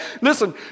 listen